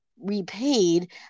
repaid